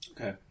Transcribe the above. Okay